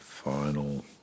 final